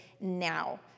now